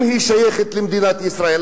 אם היא שייכת למדינת ישראל,